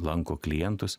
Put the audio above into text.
lanko klientus